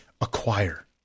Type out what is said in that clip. acquire